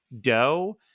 dough